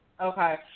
Okay